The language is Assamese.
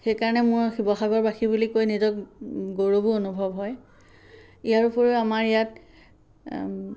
সেইকাৰণে মই শিৱসাগৰবাসী বুলি কৈ নিজক গৌৰৱো অনুভৱ হয় ইয়াৰ উপৰিও আমাৰ ইয়াত